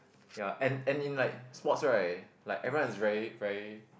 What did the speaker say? ya and and in like sports right like everyone is very very